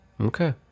Okay